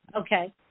Okay